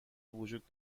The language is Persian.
وجود